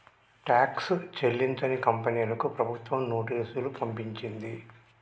tax చెల్లించని కంపెనీలకు ప్రభుత్వం నోటీసులు పంపించింది